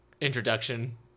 introduction